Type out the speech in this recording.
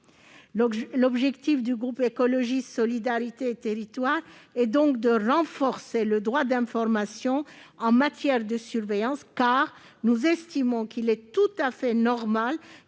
L'objectif du groupe Écologiste - Solidarité et Territoires est donc de renforcer le droit d'information en matière de surveillance, car nous estimons qu'il est tout à fait normal